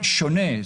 שונה,